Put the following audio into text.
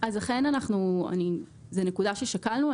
זאת נקודה ששקלנו.